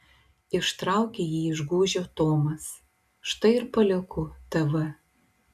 ištraukė jį iš gūžio tomas štai ir palieku tv